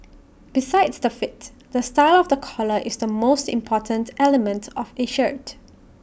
besides the fit the style of the collar is the most important element of A shirt